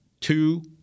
two